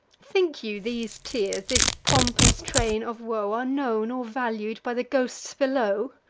think you these tears, this pompous train of woe, are known or valued by the ghosts below?